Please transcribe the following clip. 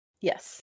Yes